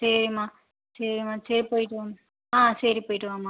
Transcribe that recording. சரிம்மா சரிம்மா சரி போயிட்டு வாம்மா ஆ சரி போயிட்டு வாம்மா